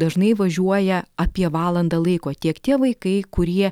dažnai važiuoja apie valandą laiko tiek tie vaikai kurie